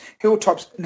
hilltops